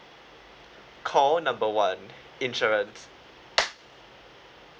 call number one insurance